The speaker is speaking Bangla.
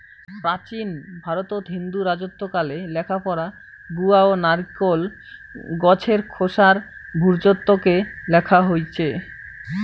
প্রাচীন ভারতত হিন্দু রাজত্বকালে লেখাপড়া গুয়া ও নারিকোল গছের খোসার ভূর্জত্বকে লেখা হইচে